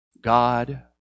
God